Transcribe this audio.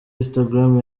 instagram